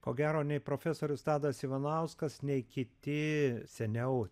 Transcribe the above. ko gero nei profesorius tadas ivanauskas nei kiti seniau